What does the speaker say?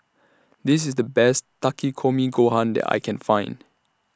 This IS The Best Takikomi Gohan that I Can Find